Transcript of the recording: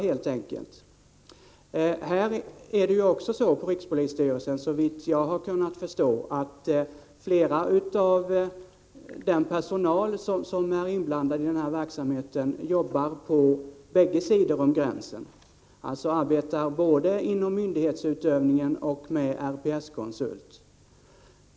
Såvitt jag har kunnat förstå är det hos rikspolisstyrelsen så att flera personer inom den personal som är inblandad i denna verksamhet arbetar på båda sidor om gränsen — alltså arbetar både inom myndighetsutövningen och med RPS-konsult.